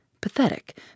pathetic